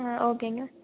ஆ ஓகேங்க